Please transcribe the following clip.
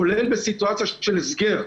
כולל בסיטואציה של הסגר.